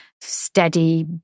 steady